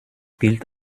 gilt